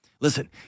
Listen